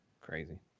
crazy